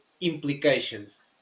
implications